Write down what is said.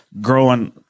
growing